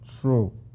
true